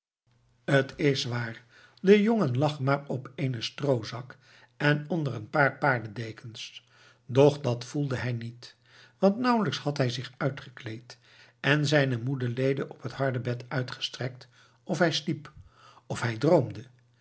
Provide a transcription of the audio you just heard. het is waar de jongen lag maar op eenen stroozak en onder een paar paardendekens doch dat voelde hij niet want nauwelijks had hij zich uitgekleed en zijne moede leden op het harde bed uitgestrekt of hij sliep of hij droomde